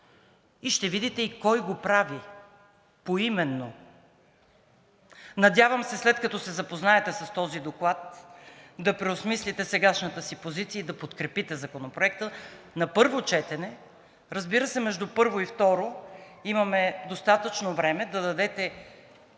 и ще видите поименно кой го прави. Надявам се, след като се запознаете с този доклад, да преосмислите досегашната си позиция и да подкрепите Законопроекта на първо четене. Разбира се, между първо и второ имате достатъчно време да дадете